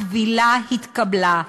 הקבילה התקבלה,